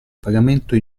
pagamento